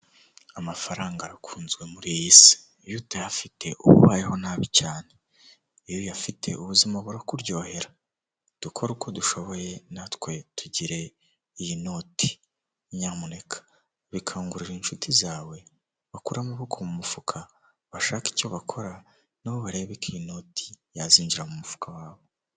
Umuhanda w'umukara aho uganisha ku bitaro byitwa Sehashiyibe, biri mu karere ka Huye, aho hahagaze umuntu uhagarika imodoka kugirango babanze basuzume icyo uje uhakora, hakaba hari imodoka nyinshi ziparitse.